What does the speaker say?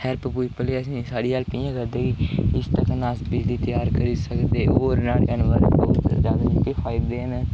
help हूल्प निं साढ़ी हैल्प नेईं करदे इस तरह् नै अस बिजली त्यार करी सकदे और जेह्के फायदे न